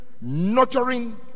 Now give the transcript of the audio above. nurturing